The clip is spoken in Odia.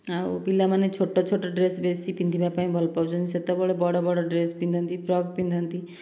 ଆଉ ପିଲାମାନେ ଛୋଟ ଛୋଟ ଡ୍ରେସ୍ ବେଶୀ ପିନ୍ଧିବା ପାଇଁ ବହୁତ ଭଲ ପାଉଛନ୍ତି ସେତେବେଳେ ବଡ଼ ବଡ଼ ଦେଶ ପିନ୍ଧନ୍ତି ଫ୍ରକ୍ ପିନ୍ଧନ୍ତି